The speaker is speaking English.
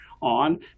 on